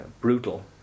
brutal